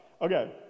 Okay